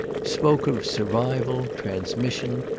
spoke of survival, transmission,